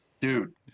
Dude